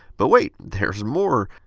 but wait, there's more.